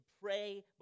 pray